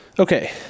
Okay